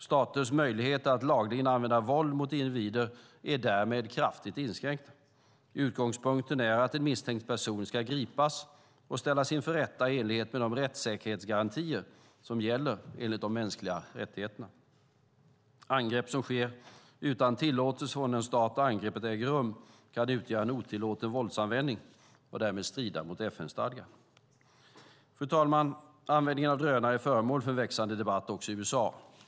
Staters möjligheter att lagligen använda våld mot individer är därmed kraftigt inskränkta. Utgångspunkten är att en misstänkt person ska gripas och ställas inför rätta i enlighet med de rättssäkerhetsgarantier som gäller enligt de mänskliga rättigheterna. Angrepp som sker utan tillåtelse från den stat där angreppet äger rum kan utgöra en otillåten våldsanvändning och därmed strida mot FN-stadgan. Fru talman! Användningen av drönare är föremål för en växande debatt, också i USA.